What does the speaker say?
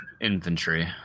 infantry